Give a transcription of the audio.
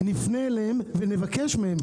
נפנה אליהם ונבקש מהם,